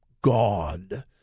God